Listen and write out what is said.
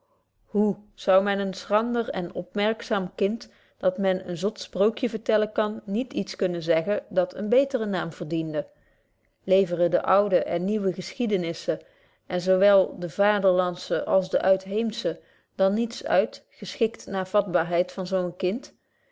hoe zou men een schrander en opmerkzaam kind dat men een zot sprookje vertellen kan niet iets kunnen zeggen dat eenen beteren naam verdiende leveren de oude en nieuwe geschiedenissen en zo wel de vaderlandsche als de uitheemsche dan niets uit geschikt naar de vatbaarheid van zo een kind